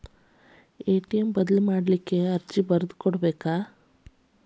ATM ಬದಲ್ ಮಾಡ್ಲಿಕ್ಕೆ ಅರ್ಜಿ ಬರ್ದ್ ಕೊಡ್ಬೆಕ